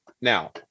now